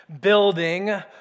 building